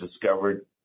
discovered